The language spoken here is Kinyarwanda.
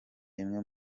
imwe